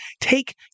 take